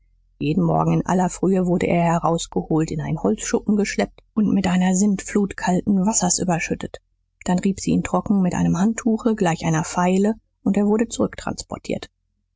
jeden morgen in aller frühe wurde er herausgeholt in einen holzschuppen geschleppt und mit einer sintflut kalten wassers überschüttet dann rieb sie ihn trocken mit einem handtuche gleich einer feile und er wurde zurücktransportiert